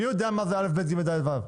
מי יודע מה זה א', ב', ג', ד', ו'?